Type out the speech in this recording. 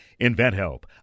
InventHelp